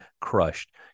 crushed